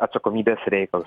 atsakomybės reikalas